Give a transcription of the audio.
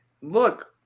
look